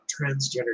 transgender